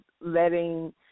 letting